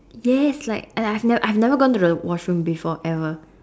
yes like and I have never I have never gone to the washroom before ever